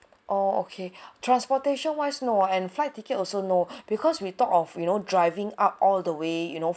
oh okay transportation wise no and flight ticket also no because we thought of you know driving up all the way you know